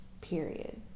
period